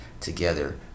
Together